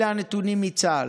אלה הנתונים מצה"ל: